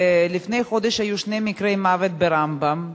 לפני חודש היו שני מקרי מוות ב"רמב"ם";